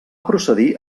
procedir